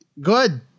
Good